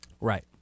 Right